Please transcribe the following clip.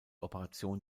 operation